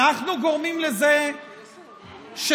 אנחנו גורמים לזה שמסביב